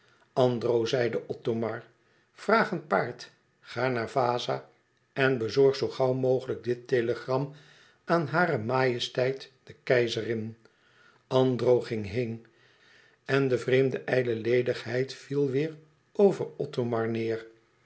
andro zeide othomar vraag een paard ga naar vaza en bezorg zoo gauw mogelijk dit telegram aan hare majesteit de keizerin andro ging heen en de vreemd ijle ledigheid viel weêr over othomar neêr